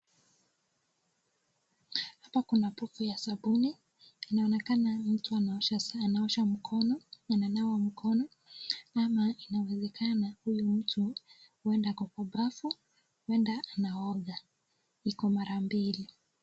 Hapa kuna pofu ya sabuni inaonekana mtu anaosha mkono ananawa mkono ama inawezekana huyo mtu ako kwa bafu huenda anaoga iko mara mbili.